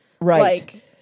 Right